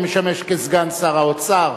המשמש כסגן שר האוצר,